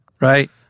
Right